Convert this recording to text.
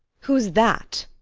who's that?